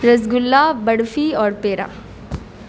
رسگلہ برفی اور پیڑا